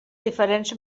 diferents